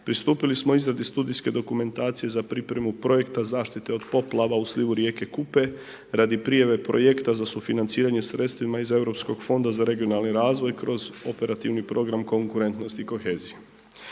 pristupili smo izradi studijske dokumentacije za pripremu projekta zaštite od poplava u slivu rijeke Kupe radi prijave projekta za sufinanciranje sredstvima iz Europskog fonda za regionalni razvoj kroz Operativni program konkurentnost i kohezija.